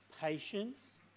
Patience